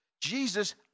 Jesus